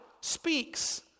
speaks